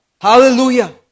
hallelujah